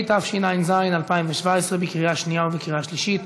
התשע"ז 2017, בקריאה שנייה ובקריאה שלישית.